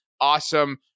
awesome